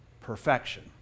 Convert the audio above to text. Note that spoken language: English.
perfection